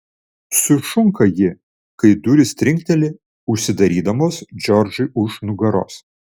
sušunka ji kai durys trinkteli užsidarydamos džordžui už nugaros